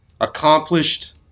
accomplished